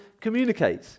communicate